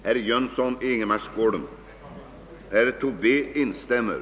Herr talman! Jag yrkar bifall till utskottets hemställan.